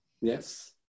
Yes